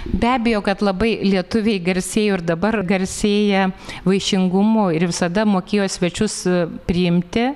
be abejo kad labai lietuviai garsėjo ir dabar garsėja vaišingumu ir visada mokėjo svečius priimti